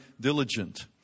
diligent